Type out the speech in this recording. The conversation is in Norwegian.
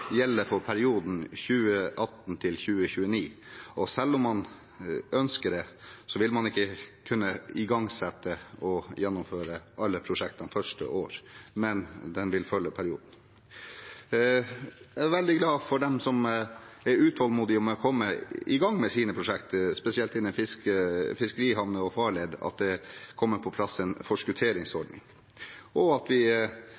gjelder for perioden 2018–2029. Selv om man ønsker det, vil man ikke kunne igangsette og gjennomføre alle prosjektene det første året, men den vil følge perioden. Jeg er veldig glad for dem som er utålmodige med å komme i gang med sine prosjekter, spesielt at det innen fiskerihavner og farleder kommer på plass en forskutteringsordning, og at vi